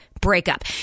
Breakup